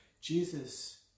Jesus